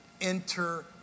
Enter